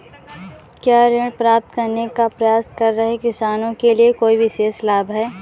क्या ऋण प्राप्त करने का प्रयास कर रहे किसानों के लिए कोई विशेष लाभ हैं?